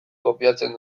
kopiatzen